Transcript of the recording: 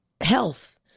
health